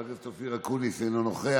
חבר הכנסת אופיר אקוניס, אינו נוכח.